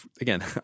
again